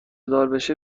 داربشه